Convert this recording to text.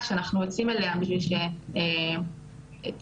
זה מקום שאני מאוד ממליצה לנשים ללכת אליו אם הן סובלות אלימות,